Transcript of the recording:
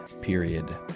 Period